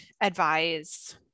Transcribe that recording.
advise